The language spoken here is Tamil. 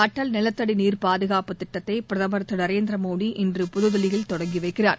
அடல் நிலத்தட நீர் பாதுகாப்புத் திட்டத்தை பிரதமர் திரு நரேந்திர மோடி இன்று புதுதில்லியில் தொடங்கி வைக்கிறார்